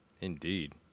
Indeed